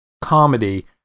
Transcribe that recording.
comedy